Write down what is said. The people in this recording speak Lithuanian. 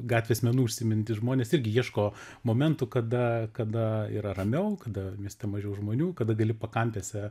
gatvės menu užsiimantys žmonės irgi ieško momentų kada kada yra ramiau kada mieste mažiau žmonių kada gali pakampėse